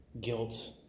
Guilt